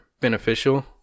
beneficial